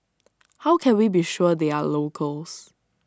how can we be sure they are locals